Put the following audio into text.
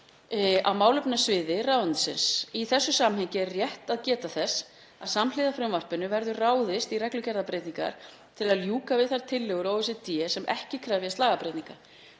á málefnasviði ráðuneytisins. Í þessu samhengi er rétt að geta þess að samhliða frumvarpinu verður ráðist í reglugerðarbreytingar til að ljúka við þær tillögur OECD sem ekki krefjast lagabreytinga.